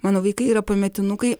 mano vaikai yra pametinukai